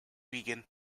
vegan